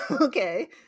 okay